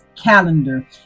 calendar